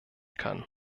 kann